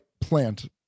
plant